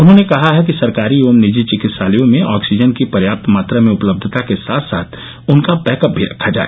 उन्होंने कहा है कि सरकारी एवं निजी विकित्सालयों में ऑक्सीजन की पर्याप्त मात्रा में उपलब्धता के साथ साथ उनका बैक अप भी रखा जाय